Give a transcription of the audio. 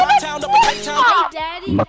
Daddy